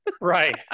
right